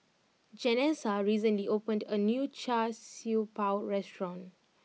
Janessa recently opened a new Char Siew Bao restaurant